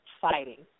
fighting